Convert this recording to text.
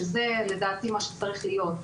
שזה לדעתי מה שצריך להיות,